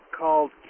called